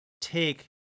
take